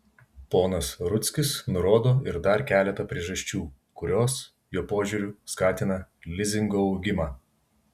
ponas rudzkis nurodo ir dar keletą priežasčių kurios jo požiūriu skatina lizingo augimą